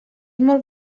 molt